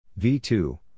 V2